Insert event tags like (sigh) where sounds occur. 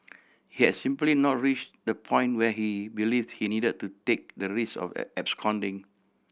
he had simply not reached the point where he believed he needed to take the risk of (unintelligible) absconding